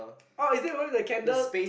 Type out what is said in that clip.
or is it ruin with the candle